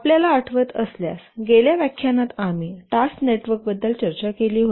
आपल्याला आठवत असल्यास गेल्या व्याख्यानात आम्ही टास्क नेटवर्क बद्दल चर्चा केली होती